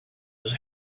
his